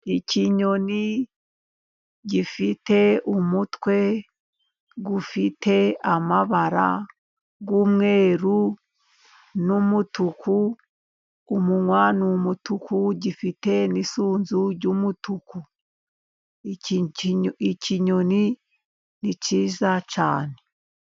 Ikinyoni gifite umutwe ufite amabara y’umweru n’umutuku. Umunwa ni umutuku, gifite n’isunzu ry’umutuku. Ikinyoni ni cyiza cyane.